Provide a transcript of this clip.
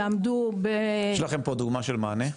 יעמדו --- יש לכם פה דוגמא של מענה?